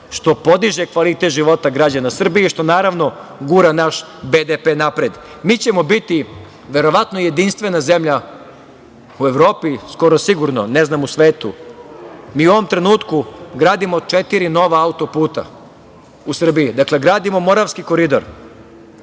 što podiže kvalitet života građana Srbije, što naravno gura naš BDP napred. Mi ćemo biti verovatno jedinstvena zemlja u Evropi, skoro sigurno, ne znam u svetu. Mi u ovom trenutku gradimo nova četiri autoputa u Srbiji. Dakle, gradimo Moravski koridor,